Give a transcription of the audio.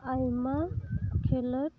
ᱟᱭᱢᱟ ᱠᱷᱮᱞᱳᱰ